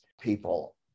people